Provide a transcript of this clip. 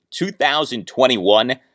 2021